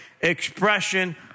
expression